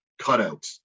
cutouts